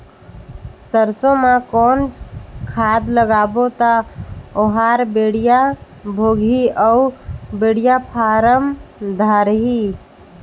सरसो मा कौन खाद लगाबो ता ओहार बेडिया भोगही अउ बेडिया फारम धारही?